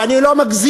ואני לא מגזים,